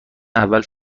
اول